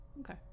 Okay